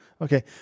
Okay